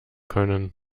können